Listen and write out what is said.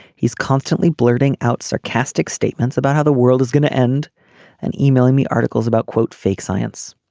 he's constantly blurting out sarcastic statements about how the world is going to end and yeah e-mailing me articles about quote fake science.